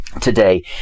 today